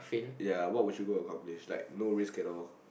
ya what would you go accomplish like no risk at all